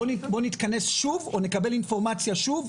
בואו נתכנס שוב או נקבל אינפורמציה שוב,